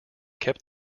kept